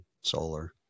solar